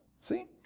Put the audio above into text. see